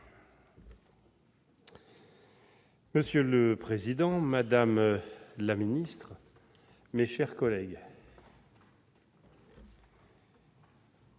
Monsieur le président, madame la ministre, mes chers collègues,